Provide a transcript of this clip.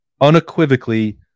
unequivocally